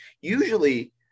usually